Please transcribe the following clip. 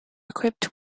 equipped